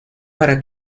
para